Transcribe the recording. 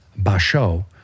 Basho